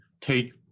take